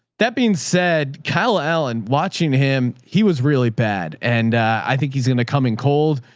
that being said, kyla l and watching him. he was really bad. and i think he's going to come in cold.